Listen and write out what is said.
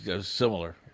similar